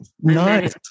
Nice